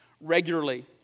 regularly